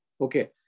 Okay